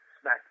smack